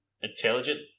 intelligent